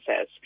says